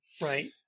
right